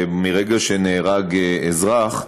מרגע שנהרג אזרח,